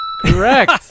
Correct